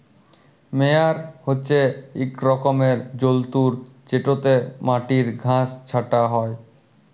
মেয়ার হছে ইক রকমের যল্তর যেটতে মাটির ঘাঁস ছাঁটা হ্যয়